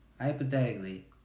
Hypothetically